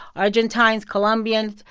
argentines, colombians.